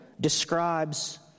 describes